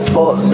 put